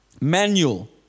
Manual